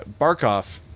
Barkov